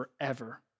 forever